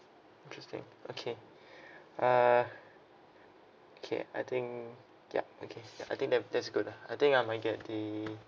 interesting okay uh okay I think yup okay yup I think that that's good lah I think I might get the